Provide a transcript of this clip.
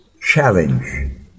challenge